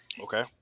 Okay